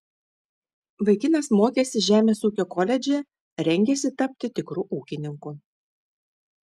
vaikinas mokėsi žemės ūkio koledže rengėsi tapti tikru ūkininku